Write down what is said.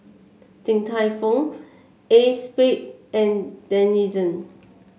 Din Tai Fung Acexspade and Denizen